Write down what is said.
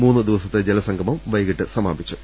മൂന്ന് ദിവസത്തെ ജലസംഗമം വൈകീട്ട് സമാപിച്ചു